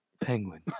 Penguins